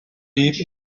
beef